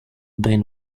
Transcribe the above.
been